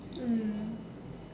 mm